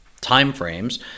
timeframes